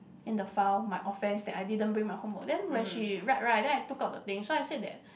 in the file my offence that I didn't bring my homework then when she write right that I took out the thing so I said that